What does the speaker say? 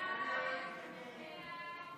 הצבעה.